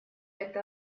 это